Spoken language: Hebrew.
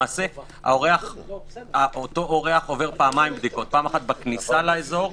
למעשה אותו אורח עובר פעמיים בדיקות: פעם בכניסה לאזור,